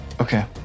Okay